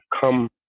come